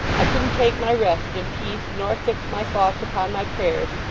i couldn't take my rest in peace, nor fix my thoughts upon my prayers,